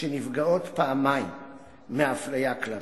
שנפגעות פעמיים מאפליה כלפיהן,